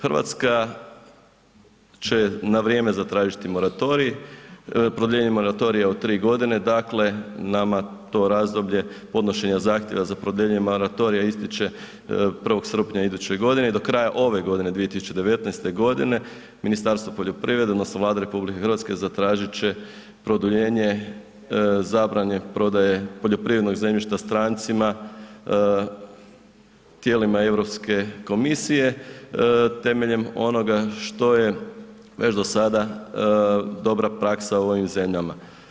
Hrvatska će na vrijeme zatražiti moratorij, produljenje moratorija od 3 g., dakle nama to razdoblje podnošenja zahtjeva za produljene moratorija ističe 1. srpnja iduće godine i do kraja ove godine 2019. g., Ministarstvo poljoprivrede odnosno Vlada RH zatražit će produljenje zabrane prodaje poljoprivrednog zemljišta strancima, tijelima Europske komisije temeljem onoga što je već do sada dobra praksa u ovim zemljama.